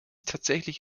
tatsächlich